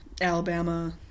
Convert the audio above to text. Alabama